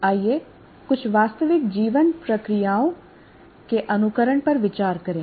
आइए कुछ वास्तविक जीवन प्रक्रियाओं के अनुकरण पर विचार करें